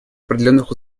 определенных